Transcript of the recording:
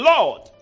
Lord